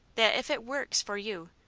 that if it works for you,